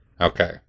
Okay